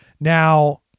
Now